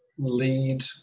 lead